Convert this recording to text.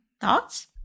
Thoughts